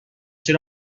چرا